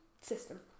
system